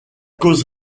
cause